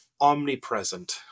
omnipresent